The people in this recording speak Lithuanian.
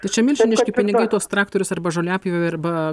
tai čia milžiniški pinigai tuos traktorius arba žoliapjovę arba